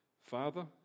Father